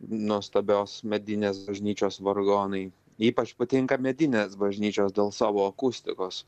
nuostabios medinės bažnyčios vargonai ypač patinka medinės bažnyčios dėl savo akustikos